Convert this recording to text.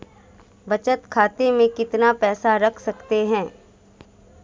बचत खाते में कितना पैसा रख सकते हैं?